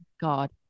god